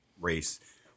race